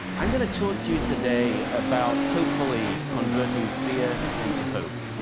i'm going to talk to you today about hopefully converting fear into hope.